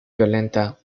violenta